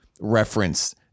reference